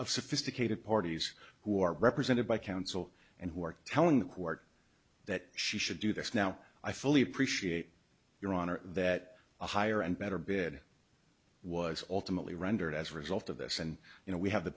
of sophisticated parties who are represented by counsel and who are telling the court that she should do this now i fully appreciate your honor that a higher and better bid was alternately rendered as a result of this and you know we have the